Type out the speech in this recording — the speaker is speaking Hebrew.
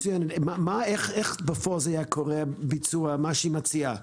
איך בפועל היה קורה הביצוע, מה שהיא מציעה?